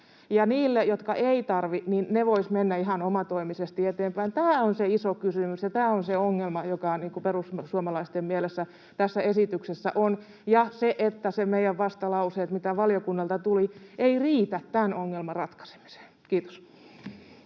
ja ne, jotka eivät tarvitse, voisivat mennä ihan omatoimisesti eteenpäin — tämä on se iso kysymys ja tämä on se ongelma, joka perussuomalaisten mielestä tässä esityksessä on. Ja meidän vastalauseen mukaan se, mitä valiokunnalta tuli, ei riitä tämän ongelman ratkaisemiseen. — Kiitos.